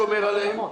שומר עליהם.